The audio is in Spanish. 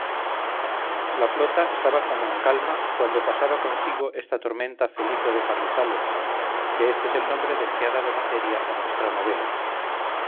la flota estaba como en calma cuando pasaba consigo esta tormenta felipo de carrizales que éste es el nombre del que ha dado materia a nuestra novela